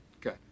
Good